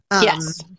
yes